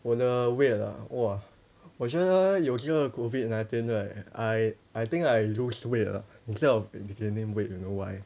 我的 weight ah !wah! 我觉得有这个 COVID nineteen right I I think I lose weight ah instead of gaining weight I don't know why